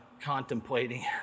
contemplating